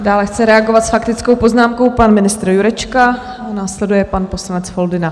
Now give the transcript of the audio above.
Dále chce reagovat s faktickou poznámkou pan ministr Jurečka, následuje pan poslanec Foldyna.